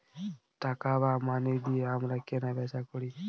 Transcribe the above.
টাকা বা মানি দিয়ে আমরা কেনা বেচা করি